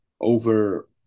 over